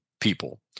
people